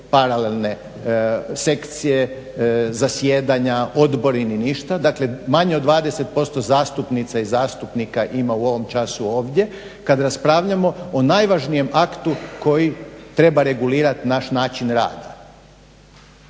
paralelne sekcije, zasjedanja, odbori ni ništa, dakle manje od 20% zastupnica i zastupnika ima u ovom času ovdje kad raspravljamo o najvažnijem aktu koji treba regulirati naš način rada.